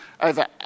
over